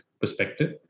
perspective